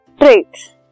traits